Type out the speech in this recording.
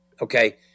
Okay